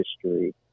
history